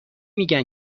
میگن